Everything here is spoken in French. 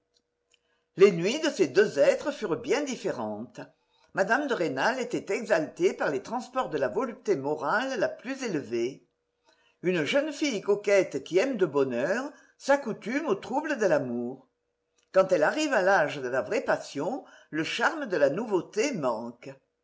les nuits de ces deux êtres furent bien différentes mme de rênal était exaltée par les transports de la volupté morale la plus élevée une jeune fille coquette qui aime de bonne heure s'accoutume au trouble de l'amour quand elle arrive à l'âge de la vraie passion le charme de la nouveauté manque